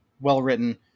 well-written